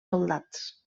soldats